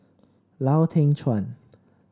Lau Teng Chuan